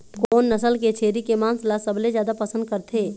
कोन नसल के छेरी के मांस ला सबले जादा पसंद करथे?